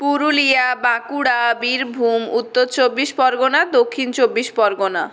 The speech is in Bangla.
পুরুলিয়া বাঁকুড়া বীরভূম উত্তর চব্বিশ পরগনা দক্ষিন চব্বিশ পরগনা